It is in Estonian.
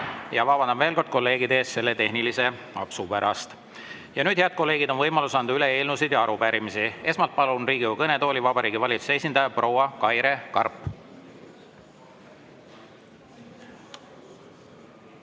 Vabandan veel kord kolleegide ees selle tehnilise apsu pärast. Nüüd, head kolleegid, on võimalus anda üle eelnõusid ja arupärimisi. Esmalt palun Riigikogu kõnetooli Vabariigi Valitsuse esindaja proua Kaire Karbi.